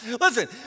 Listen